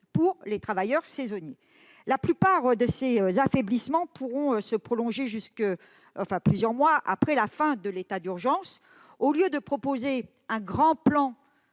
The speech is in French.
pour les travailleurs saisonniers. La plupart de ces affaiblissements pourront se prolonger plusieurs mois après la fin de l'état d'urgence. Au lieu de proposer un grand plan